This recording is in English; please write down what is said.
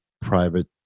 private